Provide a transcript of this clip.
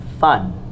fun